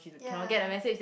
ya